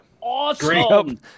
awesome